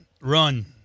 Run